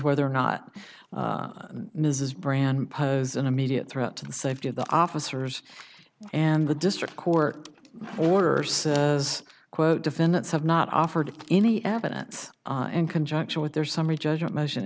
whether or not mrs brandon pose an immediate threat to the safety of the officers and the district court order or says quote defendants have not offered any evidence and conjunction with their summary judgment motion